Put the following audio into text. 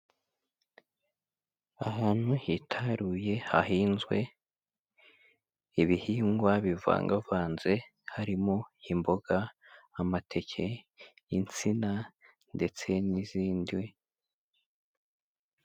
Ahantu hitaruye hahinzwe ibihingwa bivangavanze harimo imboga, amateke, insina ndetse n'izindi.